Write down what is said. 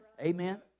amen